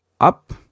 up